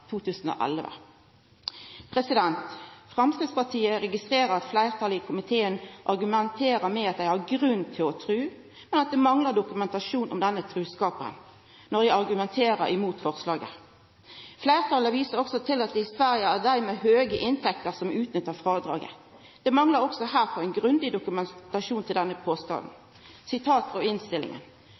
Framstegspartiet registrerer at fleirtalet i komiteen argumenterer med at dei har grunn til å tru, men dei manglar dokumentasjon om denne trua når dei argumenterer mot forslaget. Fleirtalet viser også til at i Sverige er det dei med høge inntekter som nyttar seg av frådraget. Det manglar også her ein grundig dokumentasjon for denne påstanden. Her kjem eit sitat frå innstillinga: